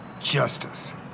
Justice